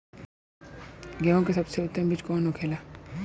गेहूँ की सबसे उत्तम बीज कौन होखेला?